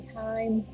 time